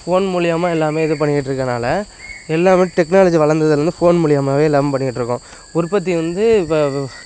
phone மூலியமாக எல்லாமே இது பண்ணிக்கிட்டு இருக்கறனால எல்லாமே டெக்னாலஜி வளர்ந்ததுலேர்ந்து ஃபோன் மூலியமாகவே எல்லாமே பண்ணிக்கிட்டுருக்கோம் உற்பத்தி வந்து இப்போ